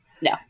no